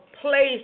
place